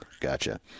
Gotcha